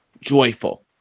joyful